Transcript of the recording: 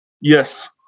Yes